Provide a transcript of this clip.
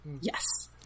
Yes